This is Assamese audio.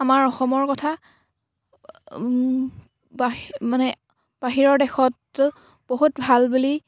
আমাৰ অসমৰ কথা মানে বাহিৰৰ দেশত বহুত ভাল বুলি